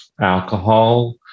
alcohol